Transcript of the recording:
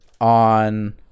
on